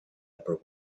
upper